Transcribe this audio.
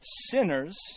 sinners